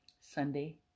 Sunday